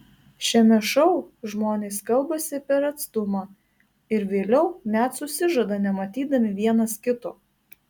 šiame šou žmonės kalbasi per atstumą ir vėliau net susižada nematydami vienas kito